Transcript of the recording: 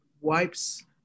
wipes